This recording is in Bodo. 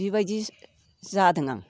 बिबायदि जादों आं